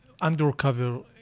undercover